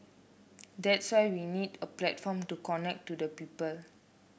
that's why we need a platform to connect to the people